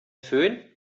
fön